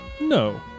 No